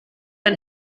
ein